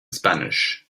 spanish